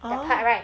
orh